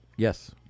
Yes